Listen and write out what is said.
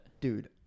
Dude